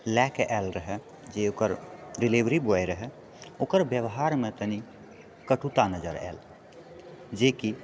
लएके आएल रहए जे ओकर डिलिवरी बॉय रहए ओकर व्यवहारमे कनि कटुता नजर आएल जेकि